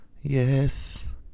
Yes